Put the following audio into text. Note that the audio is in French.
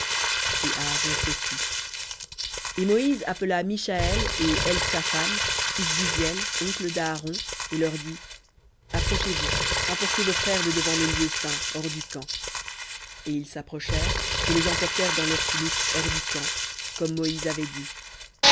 et aaron se tut et moïse appela mishaël et eltsaphan fils d'uziel oncle d'aaron et leur dit approchez-vous emportez vos frères de devant le lieu saint hors du camp et ils s'approchèrent et les emportèrent dans leurs tuniques hors du camp comme moïse avait dit